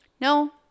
no